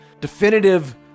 definitive